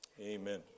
Amen